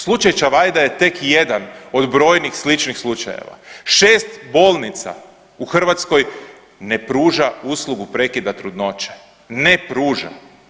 Slučaj Čavajda je tek jedan od brojnih sličnih slučajeva, šest bolnica u Hrvatskoj ne pruža uslugu prekida trudnoće, ne pruža.